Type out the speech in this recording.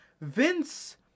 Vince